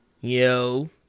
Yo